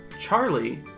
Charlie